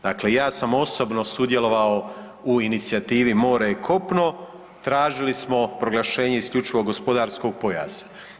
Dakle, ja sam osobno sudjelovao u inicijativi „More i kopno“, tražili smo proglašenje isključivog gospodarskog pojasa.